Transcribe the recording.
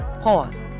Pause